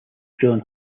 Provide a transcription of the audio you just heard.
john